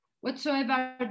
whatsoever